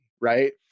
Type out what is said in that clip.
right